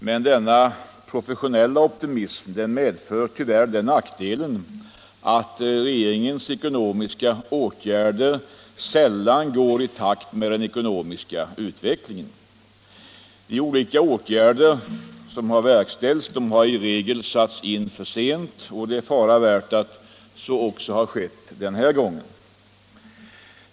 Men en sådan professionell optimism medför tyvärr den nackdelen att regeringens ekonomiska åtgärder sällan går i takt med den ekonomiska utvecklingen. De olika åtgärderna som har vidtagits har i regel satts in för sent, och det är fara värt att så har skett också denna gång.